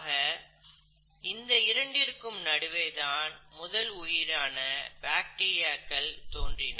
ஆக இந்த இரண்டிற்கும் நடுவே தான் முதல் உயிரான பாக்டீரியாக்கள் தோன்றின